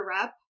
rep